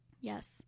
Yes